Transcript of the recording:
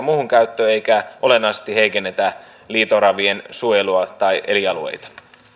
muuhun käyttöön eikä olennaisesti heikennetä liito oravien suojelua tai elinalueita